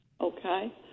Okay